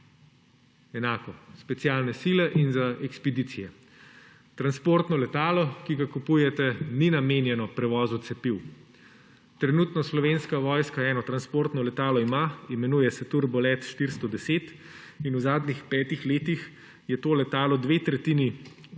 enako, za specialne sile in za ekspedicije. Transportno letalo, ki ga kupujete, ni namenjeno prevozu cepiv. Trenutno Slovenska vojska eno transportno letalo ima, imenuje se Turbolet 410, in v zadnjih petih letih je to letalo dve tretjini